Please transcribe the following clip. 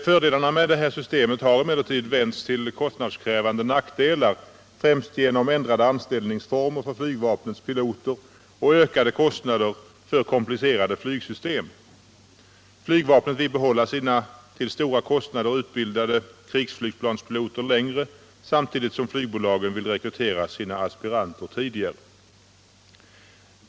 Fördelarna med detta system har emellertid vänts till kostnadskrävande nackdelar, främst genom ändrade anställningsformer för flygvapnets piloter och ökande kostnader för komplicerade flygsystem. Flygvapnet vill behålla sina till stora kostnader utbildade krigsflygplanspiloter längre, samtidigt som flygbolagen vill rekrytera sina aspiranter tidigare.